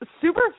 super